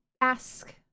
ask